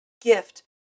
gift